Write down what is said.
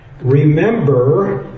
Remember